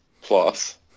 plus